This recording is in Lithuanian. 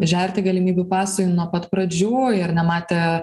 žerti galimybių pasui nuo pat pradžių ir nematė